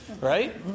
right